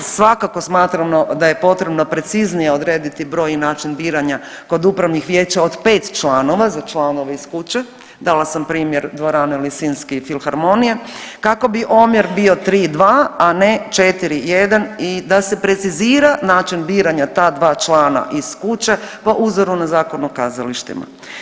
Svakako smatramo da je potrebno preciznije odrediti broj i način biranja kod upravnih vijeća od 5 članova, za članove iz kuće, dala sam primjer dvorane Lisinski i filharmonija, kako bi omjer bio 3-2, a ne 4-1 i da se precizira način biranja ta dva člana iz kuće, po uzoru na Zakon o kazalištima.